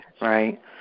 right